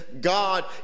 God